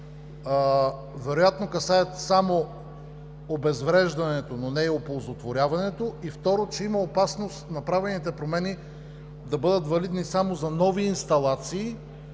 вероятно касаят само обезвреждането, но не и оползотворяването? Второ, има опасност направените промени да бъдат валидни само за нови инсталации,